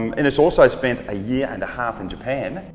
innes also spent a year and a half in japan.